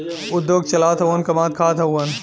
उद्योग चलावत हउवन कमात खात हउवन